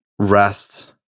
rest